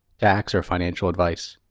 tax, or financial advice.